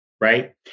right